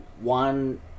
one